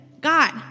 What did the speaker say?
God